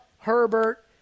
Herbert